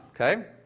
okay